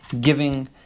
giving